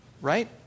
right